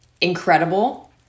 incredible